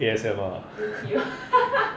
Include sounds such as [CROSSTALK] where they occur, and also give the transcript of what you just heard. A_S_M_R [LAUGHS]